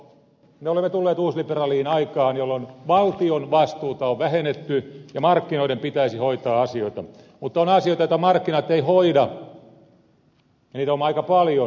me olemme tulleet uusliberaaliin aikaan jolloin valtion vastuuta on vähennetty ja markkinoiden pitäisi hoitaa asioita mutta on asioita joita markkinat eivät hoida ja niitä on aika paljon